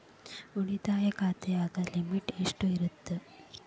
ಉಳಿತಾಯ ಖಾತೆದ ಲಿಮಿಟ್ ಎಷ್ಟ ಇರತ್ತ?